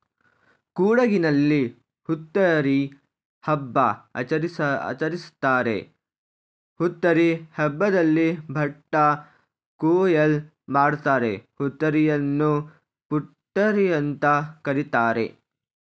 ಕೊಡಗಿನಲ್ಲಿ ಹುತ್ತರಿ ಹಬ್ಬ ಆಚರಿಸ್ತಾರೆ ಹುತ್ತರಿ ಹಬ್ಬದಲ್ಲಿ ಭತ್ತ ಕೊಯ್ಲು ಮಾಡ್ತಾರೆ ಹುತ್ತರಿಯನ್ನು ಪುತ್ತರಿಅಂತ ಕರೀತಾರೆ